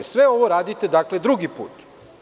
Sve ovo radite drugi put.